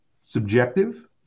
subjective